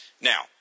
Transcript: Now